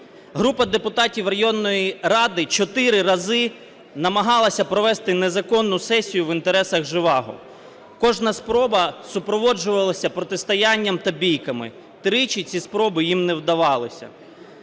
Група депутатів районної ради чотири рази намагалася провести незаконну сесію в інтересах Жеваго. Кожна спроба супроводжувалась протистоянням та бійками, тричі ці спроби їм не вдавалися.